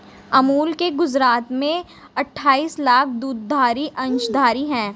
अमूल के गुजरात में अठाईस लाख दुग्धधारी अंशधारी है